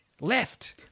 Left